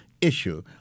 issue